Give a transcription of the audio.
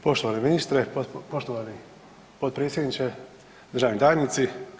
Poštovani ministre, poštovani potpredsjedniče, državni tajnici.